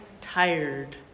tired